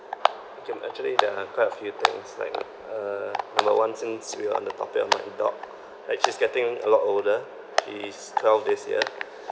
actually there are quite a few things like uh number one since we're on the topic of my dog like she's getting a lot older she is twelve this year